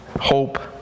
hope